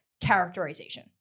characterization